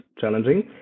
challenging